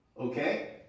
Okay